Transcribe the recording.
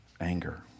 anger